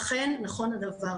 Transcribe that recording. אכן נכון הדבר.